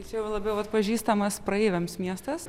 čia jau labiau atpažįstamas praeiviams miestas